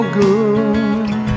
good